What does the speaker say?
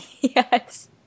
yes